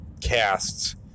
casts